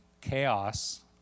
chaos